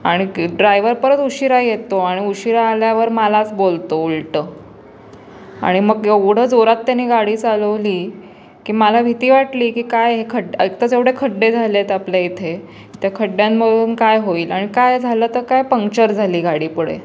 आणि ड्रायवर परत उशिरा येतो आणि उशिरा आल्यावर मलाच बोलतो उलटं आणि मग एवढं जोरात त्यांनी गाडी चालवली की मला भीती वाटली की काय हे खड्ड एकतरच एवढे खड्डे झाले आहेत आपल्या इथे त्या खड्ड्यांमधून काय होईल आणि काय झालं तर काय पंक्चर झाली गाडी पुढे